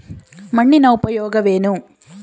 ಮಣ್ಣಿನ ಉಪಯೋಗವೇನು?